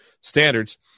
standards